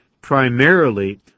primarily